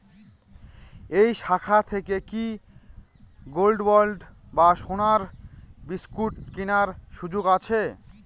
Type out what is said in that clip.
এই শাখা থেকে কি গোল্ডবন্ড বা সোনার বিসকুট কেনার সুযোগ আছে?